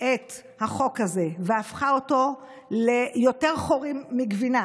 את החוק הזה והפכה אותו ליותר חורים מגבינה,